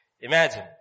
Imagine